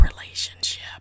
relationship